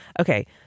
okay